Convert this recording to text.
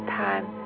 time